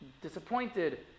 disappointed